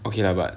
okay lah but